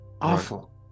awful